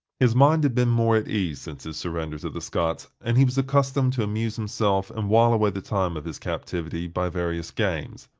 his mind had been more at ease since his surrender to the scots, and he was accustomed to amuse himself and while away the time of his captivity by various games.